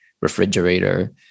refrigerator